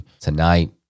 tonight